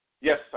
Yes